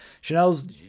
Chanel's